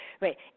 right